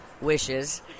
wishes